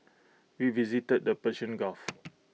we visited the Persian gulf